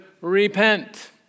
repent